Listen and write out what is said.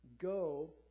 Go